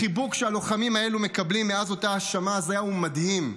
החיבוק שהלוחמים האלה מקבלים מאז אותה האשמה הזויה הוא מדהים.